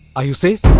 are you safe?